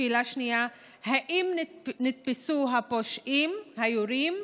2. האם נתפסו הפושעים היורים?